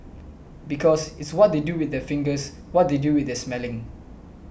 because it's what they do with their fingers what they do with their smelling